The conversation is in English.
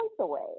away